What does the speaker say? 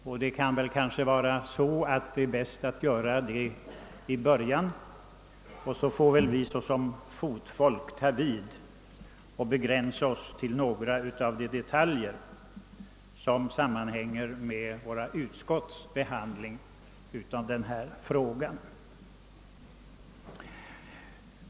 Kanhända är det bäst att göra denna genomgång i debattens början, varefter vi som fotfolk får ta vid och begränsa oss till några av de detaljer, som sammanhänger med våra utskotts behandling av frågan.